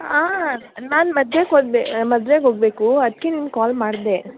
ಹಾಂ ನಾನು ಮದ್ವೆಗ್ ಹೋದೆ ಮದ್ವೆಗೆ ಹೋಗಬೇಕು ಅದಕ್ಕೆ ನಿಮ್ಗೆ ಕಾಲ್ ಮಾಡಿದೆ